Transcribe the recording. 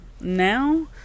now